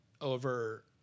over